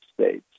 States